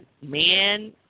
man